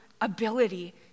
ability